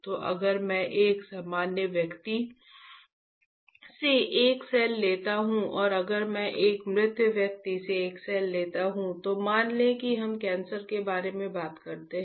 तो अगर मैं एक सामान्य व्यक्ति से एक सेल लेता हूं और अगर मैं एक मृत व्यक्ति से एक सेल लेता हूं तो मान लें कि हम कैंसर के बारे में बात करते हैं